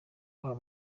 kubaha